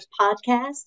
Podcast